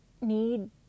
need